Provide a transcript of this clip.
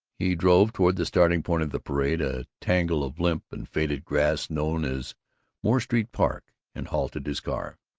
he drove toward the starting-point of the parade, a triangle of limp and faded grass known as moore street park, and halted his car.